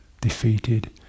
defeated